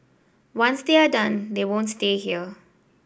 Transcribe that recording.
once they are done they won't stay here